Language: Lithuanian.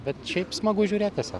bet šiaip smagu žiūrėt tiesa